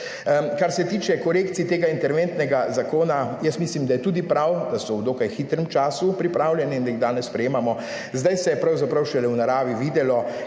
Kar se tiče korekcij tega interventnega zakona, jaz mislim, da je tudi prav, da so v dokaj hitrem času pripravljeni in da jih danes sprejemamo. Zdaj se je pravzaprav šele v naravi videlo,